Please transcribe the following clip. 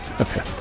Okay